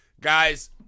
Guys